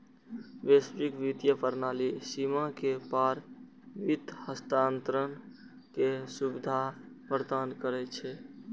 वैश्विक वित्तीय प्रणाली सीमा के पार वित्त हस्तांतरण के सुविधा प्रदान करै छै